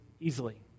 easily